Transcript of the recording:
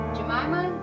Jemima